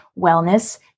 wellness